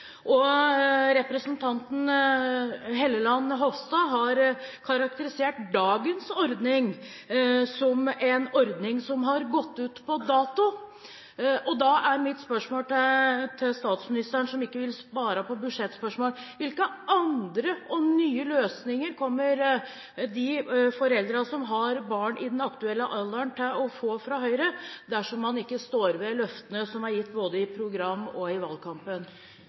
Representanten Hofstad Helleland har karakterisert dagens ordning som en ordning som har gått ut på dato. Da er mitt spørsmål til statsministeren, som ikke vil svare på budsjettspørsmål: Hvilke andre og nye løsninger kommer de foreldrene som har barn i den aktuelle alderen, til å få fra Høyre, dersom man ikke står ved løftene som er gitt både i programmet og i valgkampen?